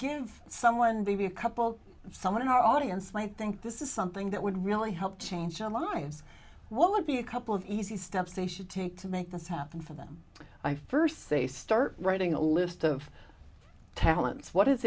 give someone be a couple someone in our audience might think this is something that would really help change our minds well of the a couple of easy steps they should take to make this happen for them i first say start writing a list of talents what is